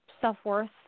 self-worth